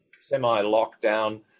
semi-lockdown